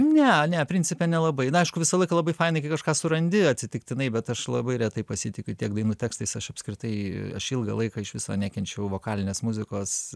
ne ne principe nelabai na aišku visą laiką labai fainai kai kažką surandi atsitiktinai bet aš labai retai pasitikiu tiek dainų tekstais aš apskritai ilgą laiką iš viso nekenčiau vokalinės muzikos